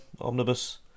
omnibus